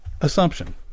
assumption